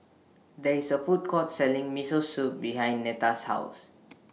There IS A Food Court Selling Miso Soup behind Netta's House